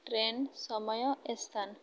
train ସମୟ ସ୍ଥାନ